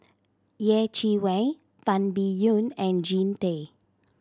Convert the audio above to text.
Yeh Chi Wei Tan Biyun and Jean Tay